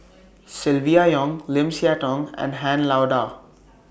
Silvia Yong Lim Siah Tong and Han Lao DA